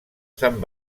sant